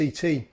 ct